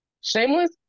shameless